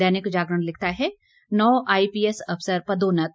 दैनिक जागरण लिखता है नौ आईपीएस अफसर पदोन्नत